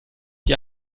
die